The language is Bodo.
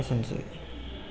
एसेनोसै